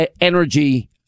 energy